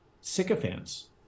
sycophants